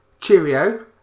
cheerio